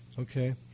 okay